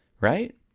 right